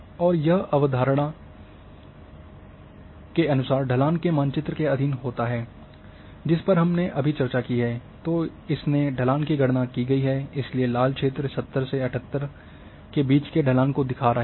और यह अवधारणा के अनुसार ढलान के मानचित्र के अधीन होता है जिस पर हमने अभी चर्चा की है तो इसने ढलान की गणना की गई है इसलिए लाल क्षेत्र 70 से 78 के बीच के ढलान को दिखा रहे हैं